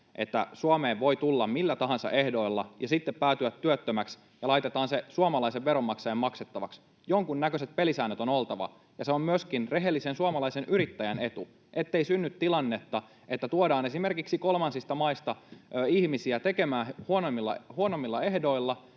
että Suomeen voi tulla millä tahansa ehdoilla ja sitten päätyä työttömäksi ja laitetaan se suomalaisen veronmaksajan maksettavaksi. Jonkunnäköiset pelisäännöt on oltava, ja se on myöskin rehellisen suomalaisen yrittäjän etu, ettei synny tilannetta, että tuodaan esimerkiksi kolmansista maista ihmisiä tekemään huonommilla ehdoilla,